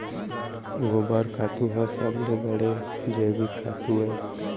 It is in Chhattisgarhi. गोबर खातू ह सबले बड़े जैविक खातू अय